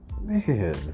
Man